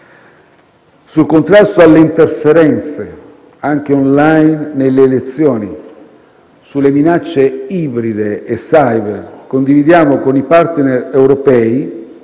Sul contrasto alle interferenze, anche *online*, nelle elezioni e sulle minacce ibride e *cyber*, condividiamo con i *partner* europei,